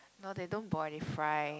no they don't boil they fry